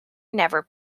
never